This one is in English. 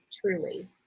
Truly